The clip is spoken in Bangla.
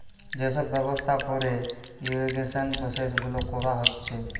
যে সব ব্যবস্থা কোরে ইরিগেশন প্রসেস গুলা কোরা হচ্ছে